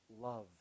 love